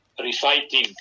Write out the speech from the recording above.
reciting